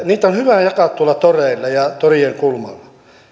niitä on hyvä jakaa tuolla toreilla ja torien kulmilla